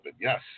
yes